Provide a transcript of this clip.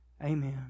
Amen